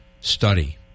study